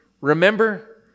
remember